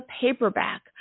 paperback